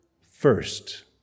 first